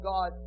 God